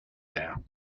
air